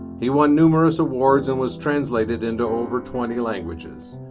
he won numerous awards and was translated into over twenty languages.